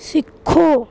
सिक्खो